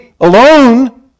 alone